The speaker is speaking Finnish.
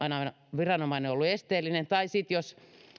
ollut esteellinen tai sitten jos